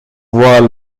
voit